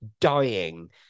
dying